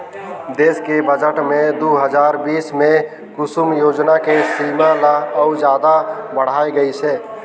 देस के बजट दू हजार बीस मे कुसुम योजना के सीमा ल अउ जादा बढाए गइसे